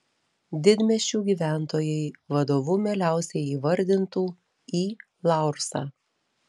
didmiesčių gyventojai vadovu mieliausiai įvardintų i laursą